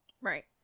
Right